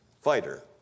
fighter